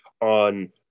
on